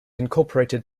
incorporated